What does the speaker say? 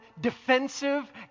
defensive